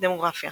דמוגרפיה